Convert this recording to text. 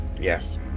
Yes